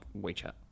WeChat